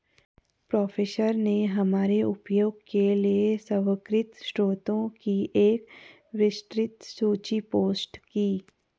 professor ने हमारे उपयोग के लिए स्वीकृत स्रोतों की एक विस्तृत सूची पोस्ट की